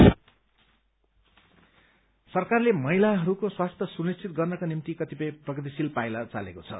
women health सरकारले महिलाहरूको स्वास्थ्य सुनिश्चित गर्नका निम्ति कतिपय प्रगतिशील पाइला चालेको छ